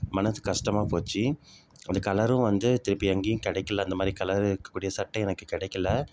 மனசு கஷ்டமா போச்சு அந்த கலரும் வந்து திருப்பி எங்கேயும் கிடைக்கல அந்தமாதிரி கலர் இருக்கக்கூடிய சட்டை எனக்கு கிடைக்கல